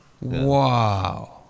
Wow